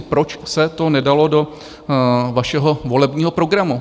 Proč se to nedalo do vašeho volebního programu?